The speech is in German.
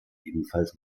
ebenfalls